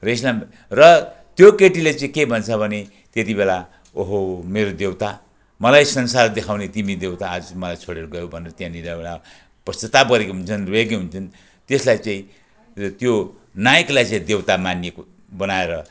र यसमा र त्यो केटीले चाहिँ के भन्छ भने त्यति बेला ओहो मेरो देउता मलाई संसार देखाउने तिमी देउता आज चाहिँ मलाई छोडेर गयौ भनेर त्यहाँनिर एउटा पश्चताप गरेकी हुन्छिन् रोएकी हुन्छिन् त्यसलाई चाहिँ र त्यो नायकलाई चाहिँ देउता मानिएको बनाएर